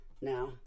Now